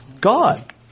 God